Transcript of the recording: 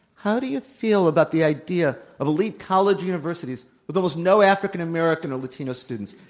how do you feel about the idea of elite college universities with almost no african american or latino students?